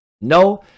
No